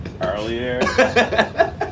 earlier